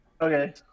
Okay